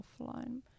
offline